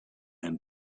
and